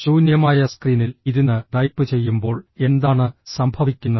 ശൂന്യമായ സ്ക്രീനിൽ ഇരുന്ന് ടൈപ്പ് ചെയ്യുമ്പോൾ എന്താണ് സംഭവിക്കുന്നത്